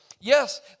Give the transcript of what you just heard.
Yes